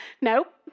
Nope